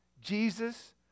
Jesus